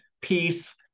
peace